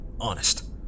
Honest